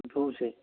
ꯆꯠꯊꯣꯛꯎꯁꯦ